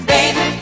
Baby